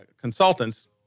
consultants